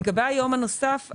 לגבי היום הנוסף,